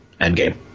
Endgame